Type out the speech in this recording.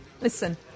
Listen